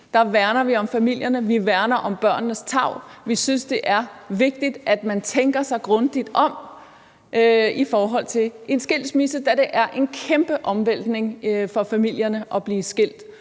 værner vi om familierne, og vi værner om børnenes tarv. Vi synes, det er vigtigt, at man tænker sig grundigt om i forhold til en skilsmisse, da det er en kæmpe omvæltning for familierne at blive skilt.